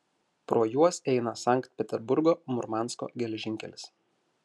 pro juos eina sankt peterburgo murmansko geležinkelis